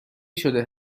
شده